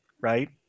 right